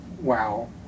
wow